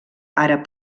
àrab